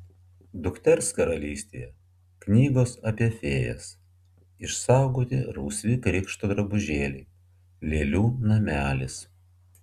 dukters karalystėje knygos apie fėjas išsaugoti rausvi krikšto drabužėliai lėlių namelis